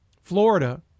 Florida